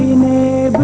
me